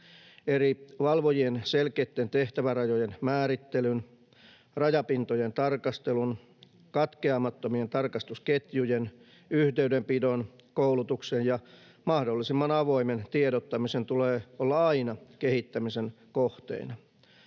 Eri valvojien selkeitten tehtävärajojen määrittelyn, rajapintojen tarkastelun, katkeamattomien tarkastusketjujen, yhteydenpidon, koulutuksen ja mahdollisimman avoimen tiedottamisen tulee olla aina kehittämisen kohteina.